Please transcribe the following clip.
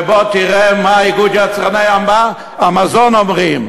ובוא ותראה מה איגוד יצרני המזון אומרים: